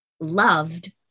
loved